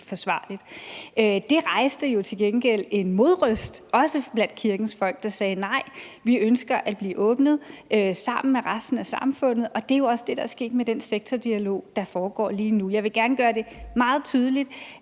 forsvarligt. Det rejste jo til gengæld en modrøst også blandt kirkens folk, der sagde: Nej, vi ønsker at blive åbnet sammen med resten af samfundet. Og det er også det, der er sket med den sektordialog, der foregår lige nu. Jeg vil gerne gøre det meget tydeligt,